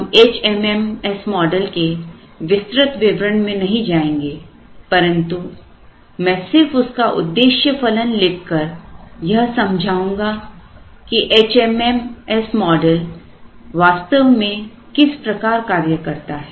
हम HMMS model के विस्तृत विवरण में नहीं जाएंगे परंतु मैं सिर्फ उसका उद्देश्य फलन लिखकर यह समझाऊंगा कि HMMS मॉडल वास्तव में किस प्रकार कार्य करता है